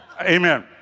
Amen